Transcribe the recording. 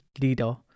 leader